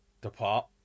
depart